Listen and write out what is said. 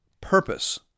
purpose